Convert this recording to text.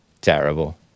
Terrible